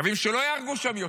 אנחנו מקווים שלא יהרגו שם יותר.